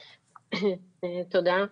תודה.